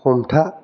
हमथा